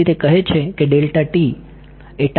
તેથી તે કહે છે કે ડેલ્ટા t એ tau કરતા ઓછું હોવું જોઈએ